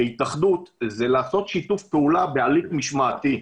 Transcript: כהתאחדות, לעשות שיתוף פעולה בהליך משמעתי.